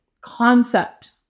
concept